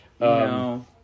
no